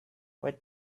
what